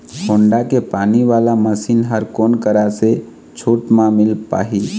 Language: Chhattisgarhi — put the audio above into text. होण्डा के पानी वाला मशीन हर कोन करा से छूट म मिल पाही?